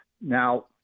Now